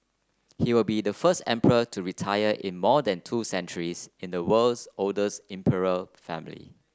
he will be the first emperor to retire in more than two centuries in the world's oldest imperial family